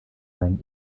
bang